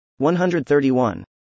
131